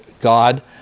God